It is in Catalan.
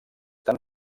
tan